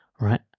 right